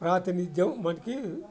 రాత్రి నిద్దం మటుకి